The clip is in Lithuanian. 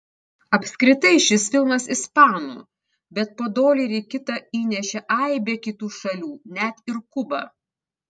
apskritai šis filmas ispanų bet po dolerį kitą įnešė aibė kitų šalių net ir kuba